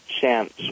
chance